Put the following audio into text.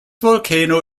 volcano